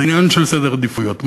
זה עניין של סדר עדיפויות.